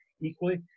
Equally